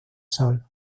sol